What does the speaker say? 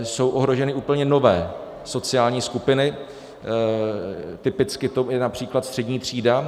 Jsou ohroženy úplně nové sociální skupiny, typicky to je například střední třída.